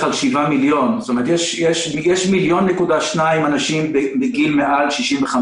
על 7 מיליון יש 1.2 מיליון אנשים בגיל מעל 65,